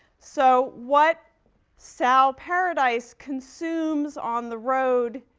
so, what sal paradise consumes on the road